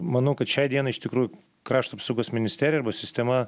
manau kad šiai dienai iš tikrų krašto apsaugos ministerij arba sistema